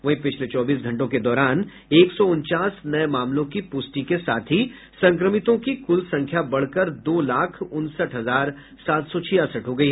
वहीं पिछले चौबीस घंटों के दौरान एक सौ उनचास नये मामलों की प्रष्टि के साथ ही संक्रमितों की कुल संख्या बढ़कर दो लाख उनसठ हजार सात सौ छियासठ हो गयी